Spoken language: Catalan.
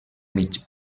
mig